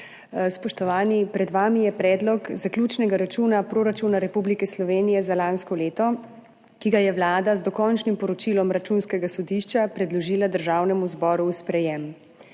Spoštovani! Pred vami je predlog zaključnega računa proračuna Republike Slovenije za lansko leto, ki ga je Vlada z dokončnim poročilom Računskega sodišča predložila v sprejetje